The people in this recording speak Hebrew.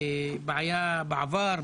בעיה בעבר,